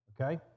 Okay